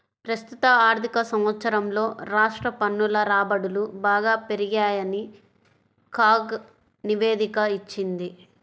ప్రస్తుత ఆర్థిక సంవత్సరంలో రాష్ట్ర పన్నుల రాబడులు బాగా పెరిగాయని కాగ్ నివేదిక ఇచ్చింది